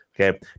okay